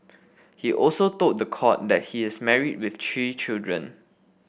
he also told the court that he is married with three children